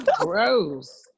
gross